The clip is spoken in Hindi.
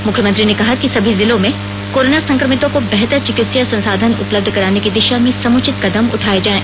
मुख्यमंत्री ने कहा कि सभी जिलों में कोरोना संक्रमितों को बेहतर चिकित्सीय संसाधन उपलब्ध कराने की दिशा में समुचित कदम उठाए जाएं